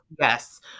yes